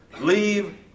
Leave